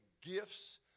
gifts